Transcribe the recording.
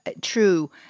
true